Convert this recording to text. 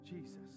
Jesus